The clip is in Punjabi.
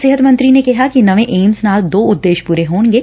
ਸਿਹਤ ਮੰਤਰੀ ਨੇ ਕਿਹਾ ਕਿ ਨਵੇਂ ਏਮਜ਼ ਨਾਲ ਦੋ ਉਦੇਸ਼ ਪੁਰੇ ਹੋਣਗੇ